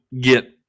get –